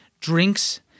drinks